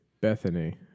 Bethany